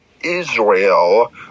Israel